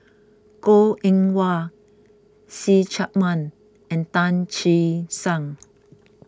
Goh Eng Wah See Chak Mun and Tan Che Sang